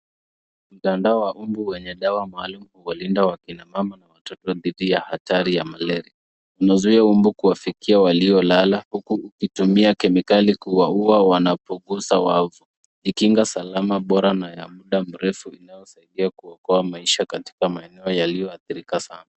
Mtandao wa mbu wenye dawa maalum kuwalinda kina mama na watoto dhidhi ya hatari ya malaria. Inazuia mbu kuwafikia waliolala huku ukitumia kemikali kuwaua wanapoguza wavu. kujikinga salama bora na ya muda mrefu inayosaidia kuokoa maisha katika maeneo yaliyoathirika sana